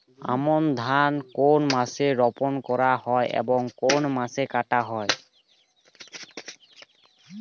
আমন ধান কোন মাসে রোপণ করা হয় এবং কোন মাসে কাটা হয়?